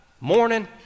morning